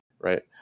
right